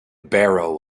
barrow